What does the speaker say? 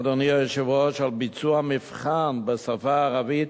אדוני היושב-ראש, על ביצוע מבחן בשפה הערבית